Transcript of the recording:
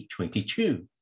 2022